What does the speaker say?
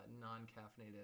non-caffeinated